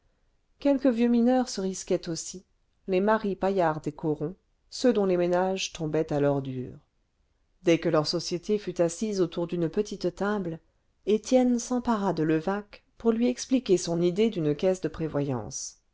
quelques vieux mineurs se risquaient aussi les maris paillards des corons ceux dont les ménages tombaient à l'ordure dès que leur société fut assise autour d'une petite table étienne s'empara de levaque pour lui expliquer son idée d'une caisse de prévoyance